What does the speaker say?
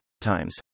times